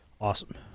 Awesome